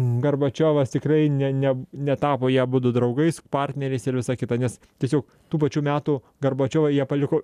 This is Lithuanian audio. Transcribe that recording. gorbačiovas tikrai ne ne netapo jie abudu draugais partneriais ir visa kita nes tiesiog tų pačių metų gorbačiovą jie paliko